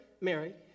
Mary